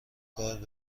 کاری